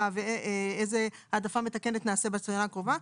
ואיזו העדפה מתקנת נעשה בשנה הקרובה,